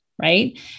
right